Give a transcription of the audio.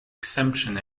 exemption